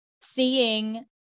seeing